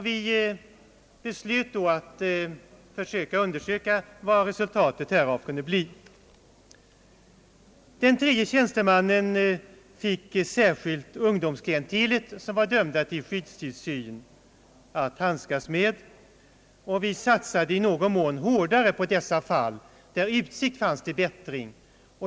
Vi beslöt då att undersöka vad resultatet härav kunde bli. Den tredje tjänstemannen fick särskilt ta hand om ungdomsklientelet som hade dömts till skyddstillsyn. Vi satsade något hårdare på dessa fall där utsikter fanns till bättring.